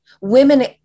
women